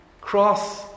cross